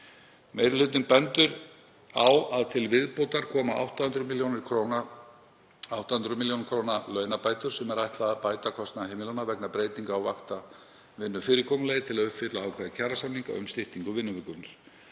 Meiri hlutinn bendir á að til viðbótar koma um 800 millj. kr. launabætur sem er ætlað að bæta kostnað heimilanna vegna breytinga á vaktavinnufyrirkomulagi til að uppfylla ákvæði kjarasamninga um styttingu vinnuvikunnar.